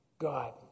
God